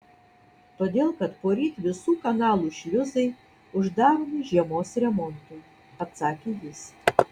todėl kad poryt visų kanalų šliuzai uždaromi žiemos remontui atsakė jis